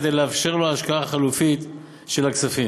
כדי לאפשר לו השקעה חלופית של הכספים.